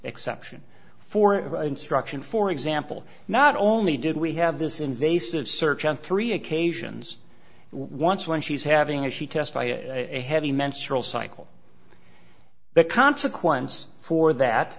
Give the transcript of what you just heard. exception for an instruction for example not only did we have this invasive search on three occasions once when she's having as she testified in a heavy menstrual cycle the consequence for that